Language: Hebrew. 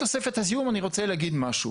אני רוצה לומר משהו